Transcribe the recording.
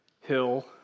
hill